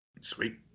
Sweet